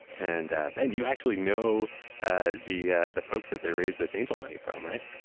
and ben, you actually know ah the ah the folks that they raised this angel money from, right?